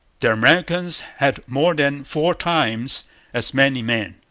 the americans had more than four times as many men.